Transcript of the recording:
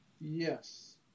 Yes